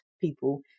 people